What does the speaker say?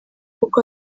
koko